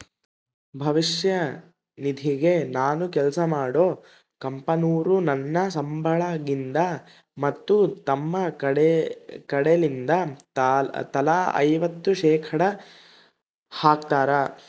ಭವಿಷ್ಯ ನಿಧಿಗೆ ನಾನು ಕೆಲ್ಸ ಮಾಡೊ ಕಂಪನೊರು ನನ್ನ ಸಂಬಳಗಿಂದ ಮತ್ತು ತಮ್ಮ ಕಡೆಲಿಂದ ತಲಾ ಐವತ್ತು ಶೇಖಡಾ ಹಾಕ್ತಾರ